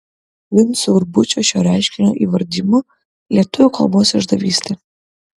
vinco urbučio šio reiškinio įvardijimu lietuvių kalbos išdavystė